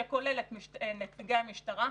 שכולל את נציגי המשטרה,